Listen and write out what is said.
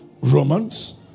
Romans